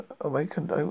awakened